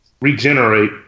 Regenerate